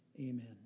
Amen